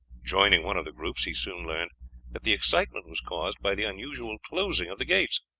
joining one of the groups he soon learned that the excitement was caused by the unusual closing of the gates,